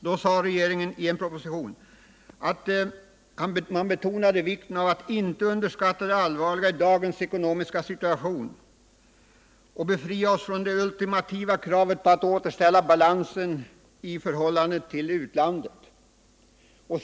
Då betonade den socialdemokratiska regeringen i en proposition vikten av att inte underskatta det allvarliga i den ekonomiska situationen och befria sig från det ultimativa kravet på att återställa balansen i förhållande till utlandet.